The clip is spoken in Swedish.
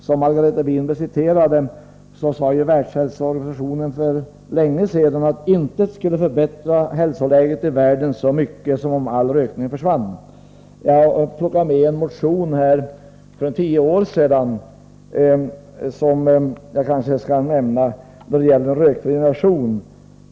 Som Margareta Winberg citerade sade Världshälsoorganisationen för länge sedan att intet skulle förbättra hälsoläget i världen så mycket som om all rökning försvann. Jag har tagit med mig en motion som är tio år gammal, som jag kanske skall nämna då det gäller en rökfri generation.